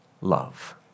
love